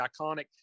iconic